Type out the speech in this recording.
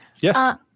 Yes